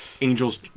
angels